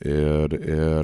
ir ir